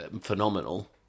phenomenal